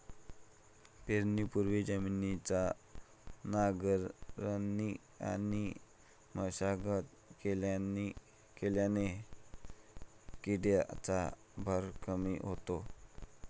पेरणीपूर्वी जमिनीची नांगरणी आणि मशागत केल्याने किडीचा भार कमी होतो